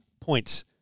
points